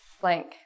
blank